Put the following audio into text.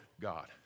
God